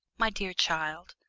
my dear child,